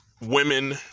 women